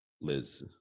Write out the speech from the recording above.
Liz